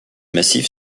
massif